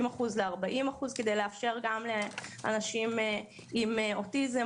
אחוזים ל-40 אחוזים כדי לאפשר גם לאנשים עם אוטיזם